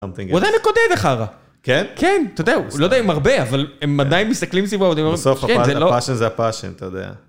הוא עדיין מקודד החרא. כן? כן, אתה יודע, הוא לא יודע עם הרבה, אבל הם עדיין מסתכלים סביבו. בסוף, הפאשן זה הפאשן, אתה יודע.